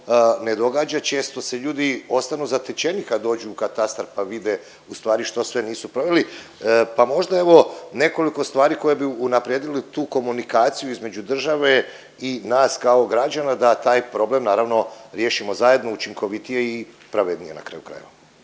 ne događa, često se ljudi ostanu zatečeni kad dođu u Katastar pa vide u stvari što sve nisu proveli pa možda evo nekoliko stvari koje bi unaprijedili tu komunikaciju između države i nas kao građana da taj problem naravno riješimo zajedno, učinkovitije i pravednije na kraju krajeva.